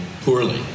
poorly